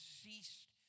ceased